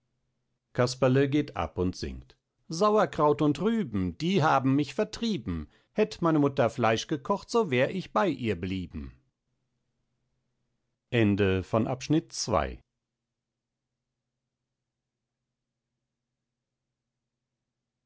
casperle geht ab und singt sauerkraut und rüben die haben mich vertrieben hätt meine mutter fleisch gekocht so wär ich bei ihr blieben